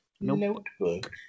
notebook